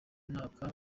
mwaka